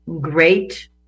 great